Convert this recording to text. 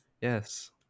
Yes